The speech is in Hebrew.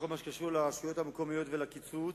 בכל מה שקשור לרשויות המקומיות ולקיצוץ,